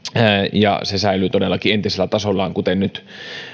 ja se säilyy todellakin entisellä tasollaan kuten nyt